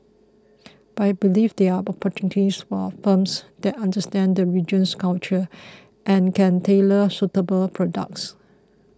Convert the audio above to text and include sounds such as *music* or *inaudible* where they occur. *noise* but he believes there are opportunities for firms that understand the region's culture and can tailor suitable products